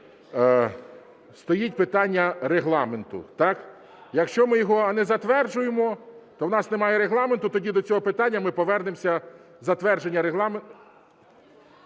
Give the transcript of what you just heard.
стоїть питання регламенту, так? Якщо ми його не затверджуємо, то у нас немає регламенту, тоді до цього питання ми повернемося затвердження…